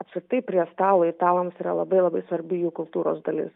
apskritai prie stalo italams yra labai labai svarbi jų kultūros dalis